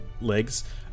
legs